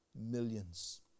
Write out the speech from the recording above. millions